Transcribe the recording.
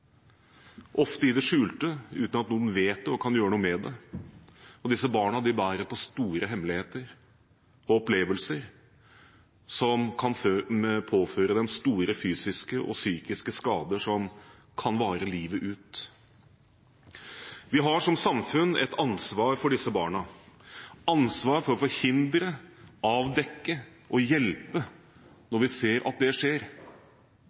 ofte i det skjulte, uten at noen vet noe og kan gjøre noe med det. Disse barna bærer på store hemmeligheter og opplevelser som kan påføre dem store fysiske og psykiske skader som kan vare livet ut. Vi har som samfunn et ansvar for disse barna, ansvar for å forhindre, avdekke og hjelpe når vi ser at det skjer.